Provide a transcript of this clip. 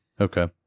Okay